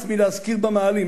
הס מלהזכיר במאהלים,